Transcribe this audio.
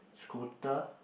scooter